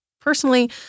personally